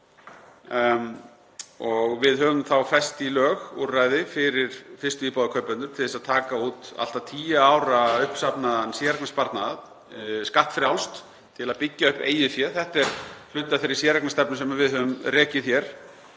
Við höfum þá fest í lög úrræði fyrir fyrstu íbúðarkaupendur til að taka út allt að tíu ára uppsafnaðan séreignarsparnað skattfrjálst til að byggja upp eigið fé. Þetta er hluti af þeirri séreignarstefnu sem við höfum rekið hér.